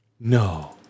no